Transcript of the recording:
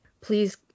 please